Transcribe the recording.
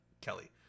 Kelly